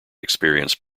experienced